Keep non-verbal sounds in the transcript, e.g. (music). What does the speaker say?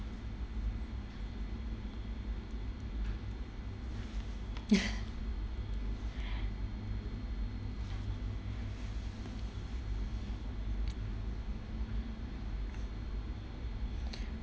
(laughs)